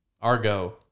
Argo